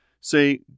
say